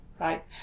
right